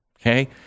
Okay